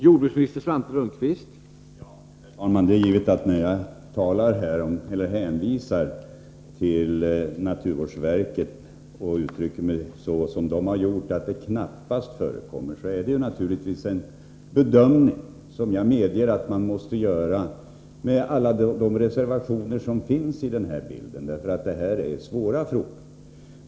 Herr talman! Jag medger att den bedömning från naturvårdsverkets sida som jag hänvisar till, ”att det knappast bör förekomma” några PCB-haltiga produkter, måste förses med alla de reservationer som hör till bilden av dessa svåra frågor.